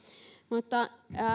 mutta